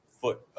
foot